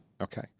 Okay